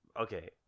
okay